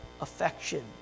affection